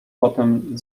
potem